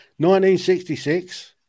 1966